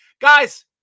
Guys